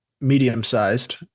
medium-sized